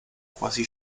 quasi